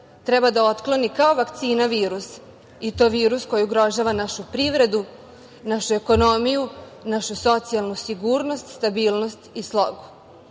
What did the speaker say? treba da otkloni kao vakcina virus i to virus koji ugrožava našu privredu, našu ekonomiju, našu socijalnu sigurnost, stabilnost i slogu. Zato